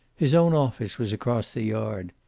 his own office was across the yard.